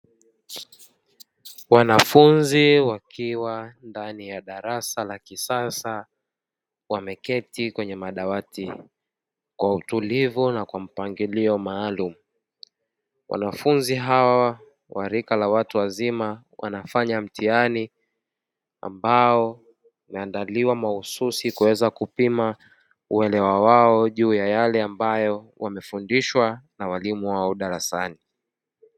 Wanafunzi wakiwa ndani ya darasa la kisasa wameketi kwenye madawati kwa utulivu na kwa mpangilio maalumu. Wanafunzi hawa wa rika la watu wazima wanafanya mtihani uliondaliwa mahsusi ili kupima uelewa wao juu ya yale waliyofundishwa na waalimu wao darasani.